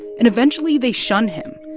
and eventually, they shun him.